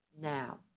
now